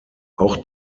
auch